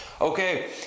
Okay